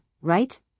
right